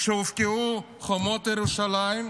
כשהובקעו חומות ירושלים,